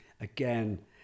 again